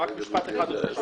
רק משפט אחד, ברשותך.